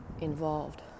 involved